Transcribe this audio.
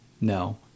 No